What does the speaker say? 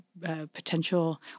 potential